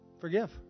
forgive